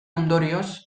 ondorioz